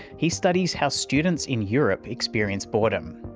he studies how students in europe experience boredom.